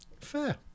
Fair